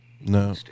No